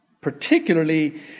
Particularly